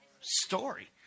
story